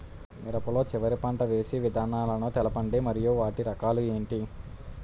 మిరప లో చివర పంట వేసి విధానాలను తెలపండి మరియు వాటి రకాలు ఏంటి